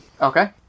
Okay